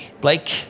Blake